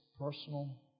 personal